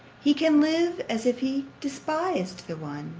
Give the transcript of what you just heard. he can live as if he despised the one,